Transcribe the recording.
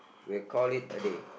we'll call it a day